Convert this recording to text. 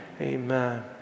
amen